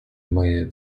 moje